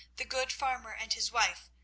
the good farmer and his wife,